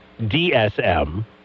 DSM